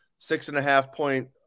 six-and-a-half-point